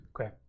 Okay